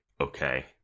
okay